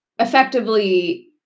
Effectively